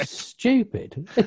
stupid